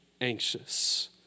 anxious